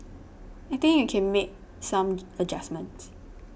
I think you can make some adjustments